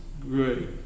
great